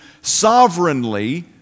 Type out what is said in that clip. sovereignly